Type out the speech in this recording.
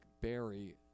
barry